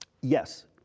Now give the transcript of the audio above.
Yes